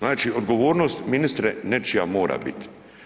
Znači, odgovornost ministre nečija mora biti.